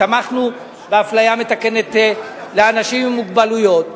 תמכנו באפליה מתקנת לאנשים עם מוגבלות.